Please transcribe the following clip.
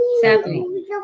Sadly